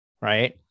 Right